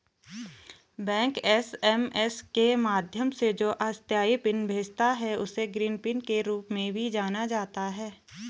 bank SMS के माध्यम से जो अस्थायी पिन भेजता है, उसे ग्रीन पिन के रूप में भी जाना जाता है